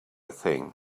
thing